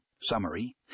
Summary